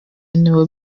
nibo